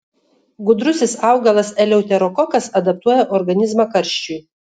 gudrusis augalas eleuterokokas adaptuoja organizmą karščiui